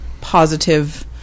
positive